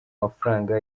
amafaranga